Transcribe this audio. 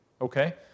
Okay